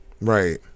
Right